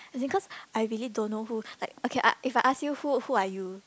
because I really don't know who like okay I if I ask you who who are you